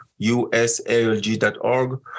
usalg.org